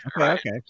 okay